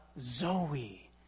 Zoe